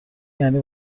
یعنی